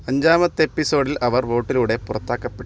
അഞ്ചാമത്തെ എപ്പിസോഡിൽ അവർ വോട്ടിലൂടെ പുറത്താക്കപ്പെട്ടു